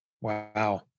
Wow